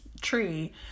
tree